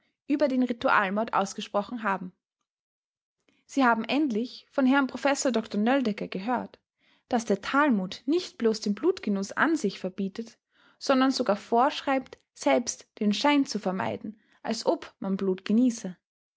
über den ritualmord ausgesprochen haben sie haben endlich von herrn professor dr nöldecke gehört daß der talmud nicht bloß den blutgenuß an sich verbietet sondern sogar vorschreibt selbst den schein zu vermeiden als ob man blut genieße